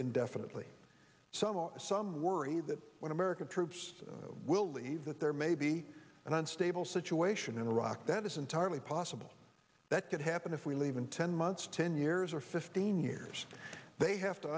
indefinitely so some worry that when american troops will leave that there may be an unstable situation in iraq that is entirely possible that could happen if we leave in ten months ten years or fifteen years they have to